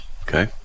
Okay